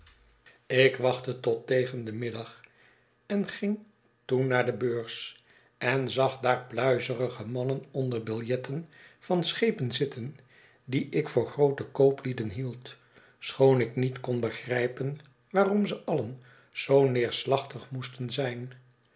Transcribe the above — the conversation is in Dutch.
ik wachtte tot tegen den middag en ging toen naar de beurs en zag daar pluizerige mannen onder de biljetten van schepen zitten die ik voor groote kooplieden hield schoon ik niet kon begrijpen waarom ze alien zoo neerslachtig moesten zijn